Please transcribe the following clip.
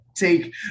take